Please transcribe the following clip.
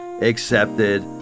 accepted